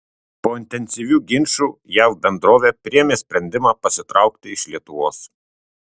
po intensyvių ginčų jav bendrovė priėmė sprendimą pasitraukti iš lietuvos